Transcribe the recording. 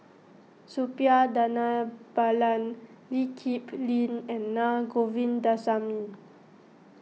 Suppiah Dhanabalan Lee Kip Lin and Na Govindasamy